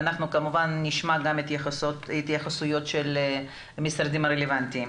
ואנחנו כמובן נשמע גם התייחסויות של המשרדים הרלוונטיים.